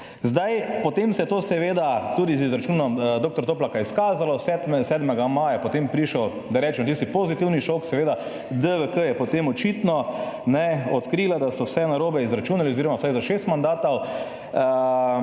Zdaj, potem se je to seveda tudi z izračunom dr. Toplaka izkazalo. 7. maja potem prišel, da rečem, tisti pozitivni šok. Seveda, DVK je potem očitno odkrila, da so vse narobe izračunali oziroma vsaj za 6 mandatov.